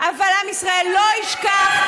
אבל עם ישראל לא ישכח,